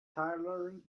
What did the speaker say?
tyler